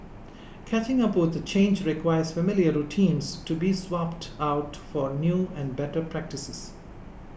catching up with change requires familiar routines to be swapped out for new and better practices